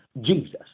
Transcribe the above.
Jesus